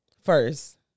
first